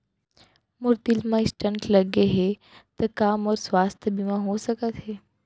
मोर दिल मा स्टन्ट लगे हे ता का मोर स्वास्थ बीमा हो सकत हे?